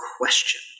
question